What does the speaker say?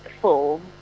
full